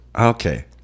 Okay